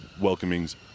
welcomings